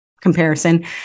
comparison